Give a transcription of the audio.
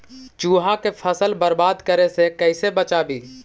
चुहा के फसल बर्बाद करे से कैसे बचाबी?